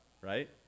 right